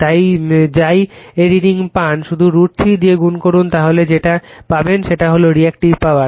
তাই যাই রিডিং পান শুধু √ 3 দিয়ে গুন্ করুন তাহলে যেটা পাবেন সেটা হলো রিএক্টিভ পাওয়ার